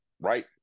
right